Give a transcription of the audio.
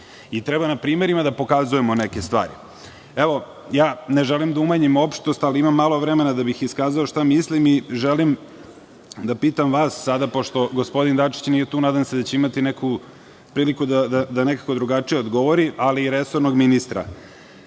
Treba na primerima da pokazujemo neke stvari. Ne želim da umanjim opštost ali ima malo vremena da bih iskazao šta mislim i želim da vas pitam pošto gospodin Dačić nije tu, nadam se da će imati priliku da nekako drugačije odgovori, ali i resornog ministra.